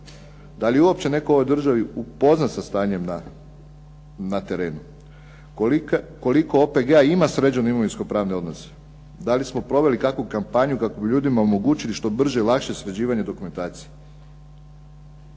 da li uopće netko u ovoj državi upoznat sa stanjem na terenu. Koliko OPG-a ima sređene imovinsko-pravne odnose, da li smo proveli kakvu kampanju kako bi ljudima omogućili što brže i lakše sređivanje dokumentacije.